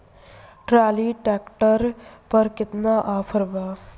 Trolley tractor पर केतना offer बा?